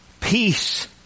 Peace